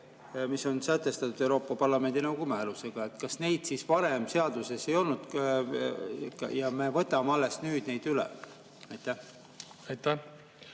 on sätestatud Euroopa Parlamendi ja nõukogu määrusega. Kas neid siis varem seaduses ei olnud ja me võtame alles nüüd need üle? Aitäh,